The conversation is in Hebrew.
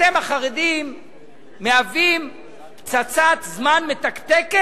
אתם החרדים מהווים פצצת זמן מתקתקת,